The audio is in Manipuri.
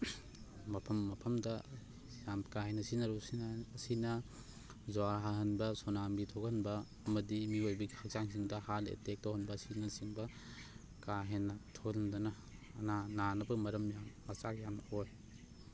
ꯃꯐꯝ ꯃꯐꯝꯗ ꯌꯥꯝ ꯀꯥ ꯍꯦꯟꯅ ꯁꯤꯖꯟꯅꯔꯨꯕꯁꯤꯅ ꯑꯁꯤꯅ ꯖ꯭ꯋꯥꯔ ꯍꯥꯍꯟꯕ ꯁꯨꯅꯥꯃꯤ ꯊꯣꯛꯍꯟꯕ ꯑꯃꯗꯤ ꯃꯤꯑꯣꯏꯕꯒꯤ ꯍꯛꯆꯥꯡꯁꯤꯡꯗ ꯍꯥꯔꯠ ꯑꯦꯠꯇꯦꯛ ꯇꯧꯍꯟꯕ ꯑꯁꯤꯅꯆꯤꯡꯕ ꯀꯥ ꯍꯦꯟꯅ ꯊꯣꯛꯍꯟꯗꯨꯅ ꯑꯅꯥ ꯅꯥꯅꯕ ꯃꯔꯝ ꯌꯥꯝ ꯃꯆꯥꯛ ꯌꯥꯝꯅ ꯑꯣꯏ